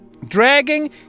dragging